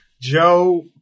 Joe